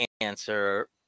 answer